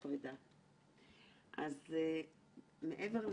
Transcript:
אני חושבת שאנחנו עוד ניפגש.